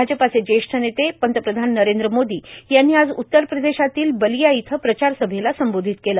भाजपाचे जेष्ठ नेते पंतप्रधान नरेंद्र मोदी यांनी आज उत्तर प्रदेशातील बलिया इथं प्रचारसभेला संबोधित केलं